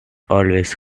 always